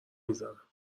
میزنم